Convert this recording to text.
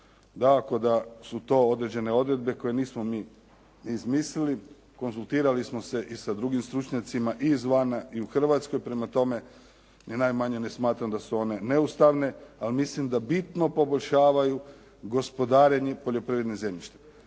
Dakako da su to određene odredbe koje nismo mi izmislili. Konzultirali smo se i sa drugim stručnjacima i izvana i u Hrvatskoj, prema tome ni najmanje ne smatram da su one neustavne, ali mislim da bitno poboljšavaju gospodarenje poljoprivrednim zemljištem.